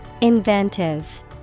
Inventive